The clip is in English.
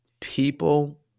People